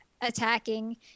attacking